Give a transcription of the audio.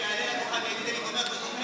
שיעלה אחריך ויציג את התוכנית.